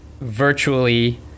virtually